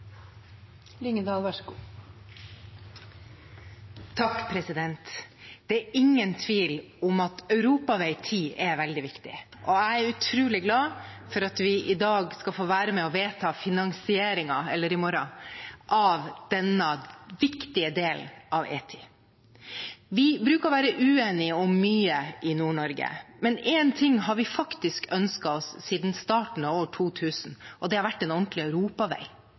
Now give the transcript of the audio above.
veldig viktig, og jeg er utrolig glad for at vi i morgen skal få være med og vedta finansieringen av denne viktige delen av E10. Vi bruker å være uenige om mye i Nord-Norge, men én ting har vi faktisk ønsket oss siden starten av år 2000, og det er en ordentlig europavei,